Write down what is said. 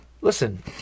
Listen